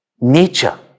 nature